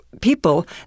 people